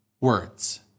words